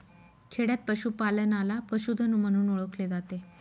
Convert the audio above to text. खेडयांत पशूपालनाला पशुधन म्हणून ओळखले जाते